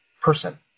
person